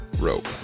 Rope